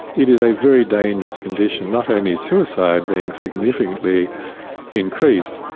it is a very dangerous condition, not only suicide being significantly increased,